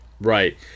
Right